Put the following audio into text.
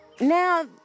now